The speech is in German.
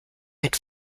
mit